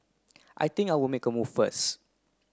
I think I'll make a move first